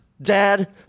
Dad